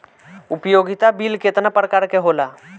उपयोगिता बिल केतना प्रकार के होला?